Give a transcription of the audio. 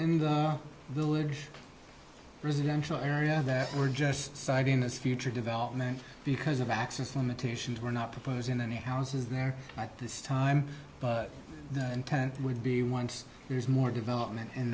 in the village residential area that we're just citing as future development because of access limitations we're not proposing any houses there at this time but the intent would be once there is more development in